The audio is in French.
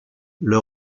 leur